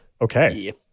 okay